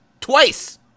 Twice